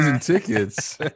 tickets